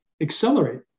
accelerate